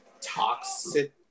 Toxic